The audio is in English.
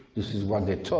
this is what they told,